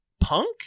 punk